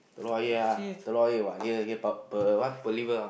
she's